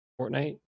Fortnite